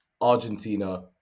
Argentina